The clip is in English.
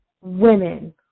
women